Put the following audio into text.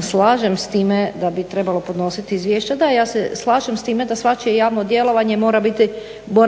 slažem sa time da svačije jasno djelovanje mora